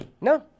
No